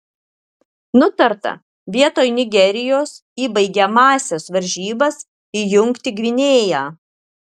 nutarta vietoj nigerijos į baigiamąsias varžybas įjungti gvinėją